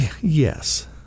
Yes